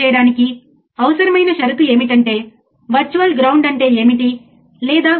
నేను ఈ స్లైడ్లను మీతో పంచుకుంటాను